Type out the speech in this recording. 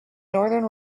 northern